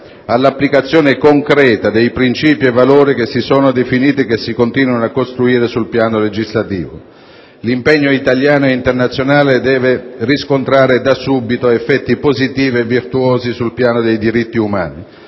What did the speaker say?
all'applicazione concreta dei princìpi e dei valori che si sono definiti e si continuano a costruire sul piano legislativo. L'impegno italiano e internazionale deve riscontrare da subito effetti positivi e virtuosi sul piano dei diritti umani.